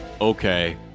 Okay